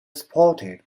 supported